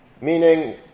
Meaning